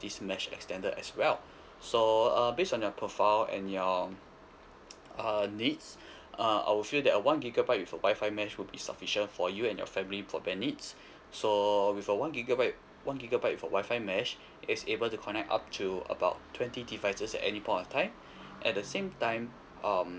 this mesh extender as well so uh based on your profile and your err needs uh I will feel that a one gigabyte with a wi-fi mesh would be sufficient for you and your family broadband needs so with a one gigabyte one gigabyte with a wi-fi mesh it's able to connect up to about twenty devices at any point of time at the same time um